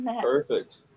Perfect